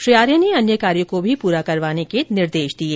श्री आर्य ने अन्य कार्यों को भी पूरा करवाने के निर्देश दिये